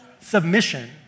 submission